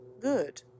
good